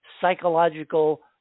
psychological